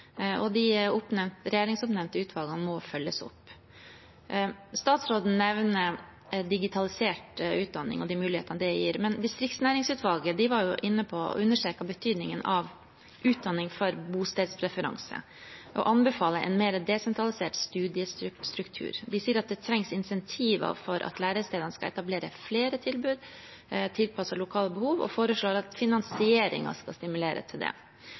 De regjeringsoppnevnte utvalgene må følges opp. Statsråden nevner digitalisert utdanning og de mulighetene det gir, men distriktsnæringsutvalget var inne på og understreket betydningen av utdanning for bostedspreferanse, og anbefaler en mer desentralisert studiestruktur. De sier at det trengs insentiver for at lærestedene skal etablere flere tilbud tilpasset lokale behov, og foreslår at finansieringen skal stimulere til det.